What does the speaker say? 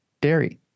dairy